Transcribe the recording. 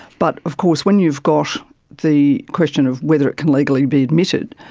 but of course when you've got the question of whether it can legally be admitted,